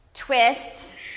twist